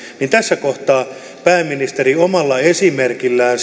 niin tässä kohtaa pääministeri voisi omalla esimerkillään